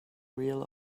real